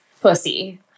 Pussy